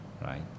right